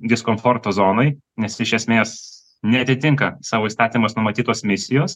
diskomforto zonoj nes iš esmės neatitinka savo įstatymuos numatytos misijos